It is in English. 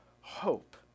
Hope